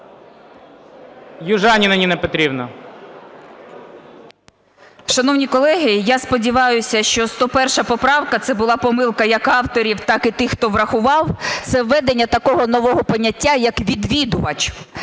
ЮЖАНІНА Н.П. Шановні колеги, я сподіваюся, що 101 поправка – це була помилка як авторів, так і тих, хто врахував, це введення такого нового поняття, як "відвідувач".